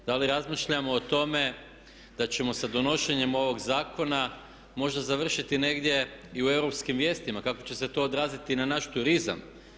Da li razmišljamo o tome da ćemo sa donošenjem ovog zakon možda završiti negdje i u europskim vijestima, kako će se to odraziti na naš turizam?